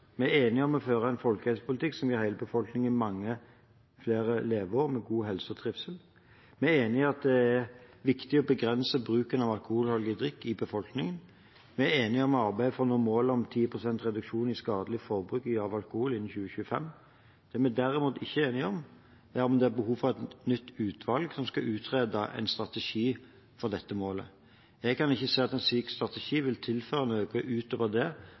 Vi er enige om å føre en folkehelsepolitikk som gir hele befolkningen mange leveår med god helse og trivsel. Vi er enig i at det er viktig å begrense bruken av alkoholholdige drikkevarer i befolkningen. Vi er enige om å arbeide for å nå målet om 10 pst. reduksjon i skadelig forbruk av alkohol innen 2025. Det vi derimot ikke er enige om, er om det er behov for et nytt utvalg som skal utrede en strategi for å nå dette målet. Jeg kan ikke se at en slik strategi vil tilføre noe utover det